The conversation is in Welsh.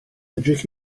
edrych